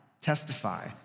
testify